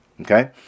okay